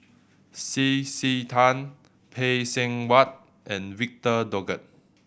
C C Tan Phay Seng Whatt and Victor Doggett